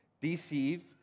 deceive